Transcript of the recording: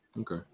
Okay